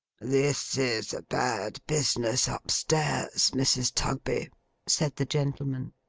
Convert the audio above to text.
this is a bad business up-stairs, mrs. tugby said the gentleman.